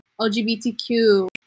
LGBTQ